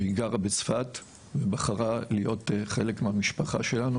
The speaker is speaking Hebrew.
היא גרה בצפת ובחרה להיות חלק מהמשפחה שלנו.